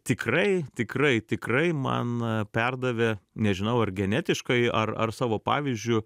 tikrai tikrai tikrai man perdavė nežinau ar genetiškai ar ar savo pavyzdžiu